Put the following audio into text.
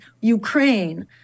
Ukraine